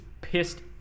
pissed